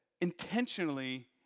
intentionally